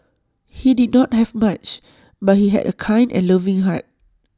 he did not have much but he had A kind and loving heart